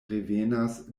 revenas